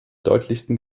deutlichsten